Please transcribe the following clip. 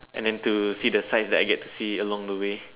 and then to see the sights that I get to see along the way